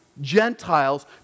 Gentiles